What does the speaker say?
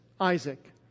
Isaac